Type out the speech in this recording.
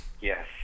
Yes